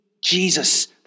Jesus